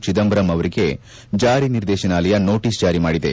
ಚಿದಂಬರಮ್ ಅವರಿಗೆ ಜಾರಿ ನಿರ್ದೇಶನಾಲಯ ನೋಟೀಸ್ ಜಾರಿ ಮಾಡಿದೆ